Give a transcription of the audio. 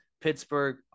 Pittsburgh